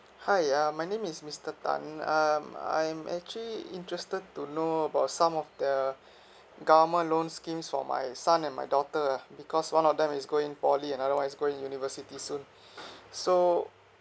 hi um my name is mister tan um I'm actually interested to know about some of the government loan schemes for my son and my daughter lah because one of them is going poly and another one is going university soon so